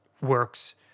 works